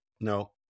no